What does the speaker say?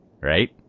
Right